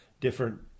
different